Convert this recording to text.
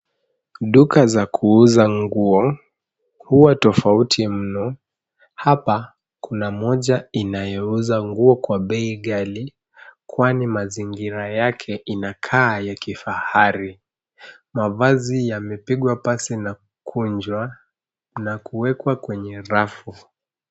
Duka za kuuza nguo huwa tofauti mno. Hapa kuna moja inayouza nguo kwa bei ghali kwani mazingira yake inakaa ya kifahari. Mavazi yamepigwa pasi na kukunjwa na kuwekwa kwenye rafu.